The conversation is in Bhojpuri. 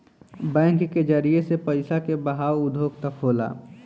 बैंक के जरिए से पइसा के बहाव उद्योग तक होला